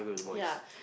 yeah